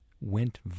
went